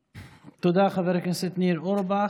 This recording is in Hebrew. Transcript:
תודה, חבר הכנסת ניר אורבך.